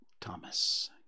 Thomas